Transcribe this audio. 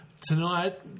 Tonight